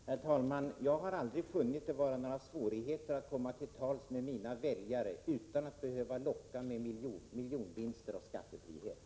Herr talman! Jag har aldrig funnit det vara några svårigheter att komma till tals med mina väljare utan att behöva locka med miljonvinster och skattefrihet.